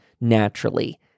naturally